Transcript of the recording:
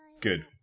Good